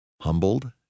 humbled